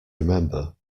remember